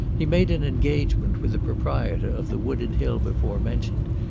he made an engagement with the proprietor of the wooded hill before mentioned,